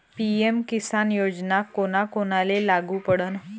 PM Kisan योजना कोना कोनाले लागू पडन?